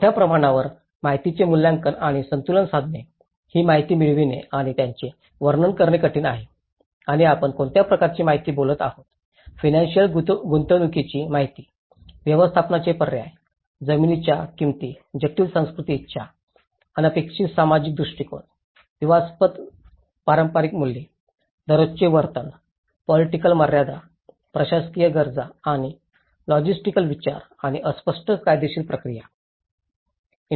मोठ्या प्रमाणावर माहितीचे मूल्यांकन आणि संतुलन साधणे ही माहिती मिळविणे आणि त्यांचे वर्णन करणे कठीण आहे आणि आपण कोणत्या प्रकारची माहिती बोलत आहोत फीनंसिअल गुंतवणूकीची माहिती व्यवस्थापनाचे पर्याय जमिनीच्या किंमती जटिल सांस्कृतिक इच्छा अनपेक्षित सामाजिक दृष्टीकोन विवादास्पद पारंपारिक मूल्ये दररोजचे वर्तन पोलिटिकल मर्यादा प्रशासकीय गरजा आणि लॉजिस्टिकल विचार आणि अस्पष्ट कायदेशीर प्रक्रिया